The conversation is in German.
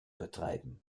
betreiben